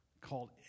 called